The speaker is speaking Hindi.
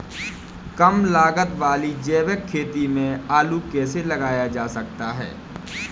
कम लागत वाली जैविक खेती में आलू कैसे लगाया जा सकता है?